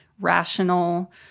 rational